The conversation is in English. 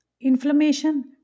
inflammation